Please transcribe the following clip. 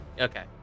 Okay